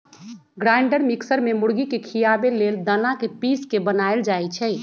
grinder mixer में मुर्गी के खियाबे लेल दना के पिस के बनाएल जाइ छइ